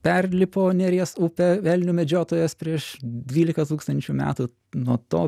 perlipo neries upę elnių medžiotojas prieš dvyliką tūkstančių metų nuo to